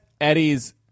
Eddie's